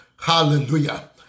Hallelujah